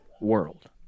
world